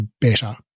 better